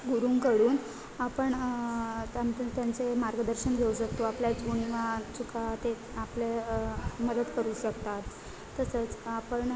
गुरुंकडून आपण त्यां तर त्यांचे मार्गदर्शन घेऊ शकतो आपल्या उणिवा चुका ते आपले मदत करू शकतात तसंच आपण